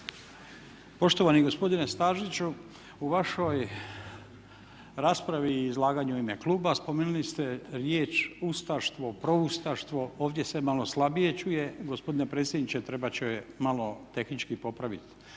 Poštovani gospodine Staziću, u vašoj raspravi i izlaganju u ime kluba spomenuli ste riječ ustaštvo, proustavštvo. Ovdje se malo slabije čuje. Gospodine predsjedniče trebat će malo tehnički popravit